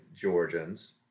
Georgians